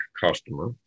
customer